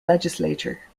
legislature